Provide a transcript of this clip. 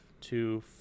Two